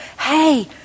Hey